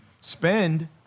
spend